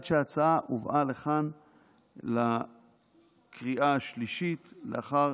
שההצעה הובאה לכאן לקריאה השלישית לאחר